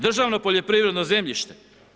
Državno poljoprivredno zemljište.